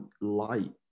light